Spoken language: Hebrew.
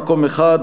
מקום אחד,